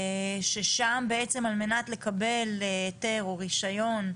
ששם בעצם על מנת לקבל היתר או רישיון למעון,